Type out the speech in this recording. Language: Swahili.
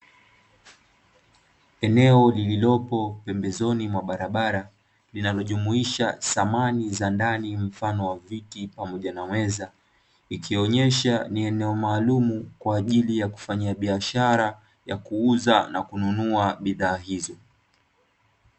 Eneo lililopo pembezoni mwa barabara linalojumuisha samani za ndani mfano wa viti pamoja na meza, ikionyesha ni eneo maalumu kwa ajili ya kufanyia biashara ya kuuza na kununua bidhaa hizo.